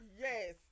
Yes